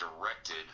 directed